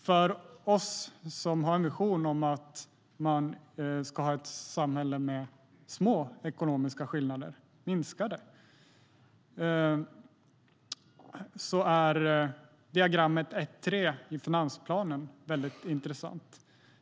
För oss som har ambitionen att vi ska ha ett samhälle med små, minskade, ekonomiska skillnader är diagram 1.3 i Finansplanen intressant.